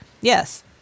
Yes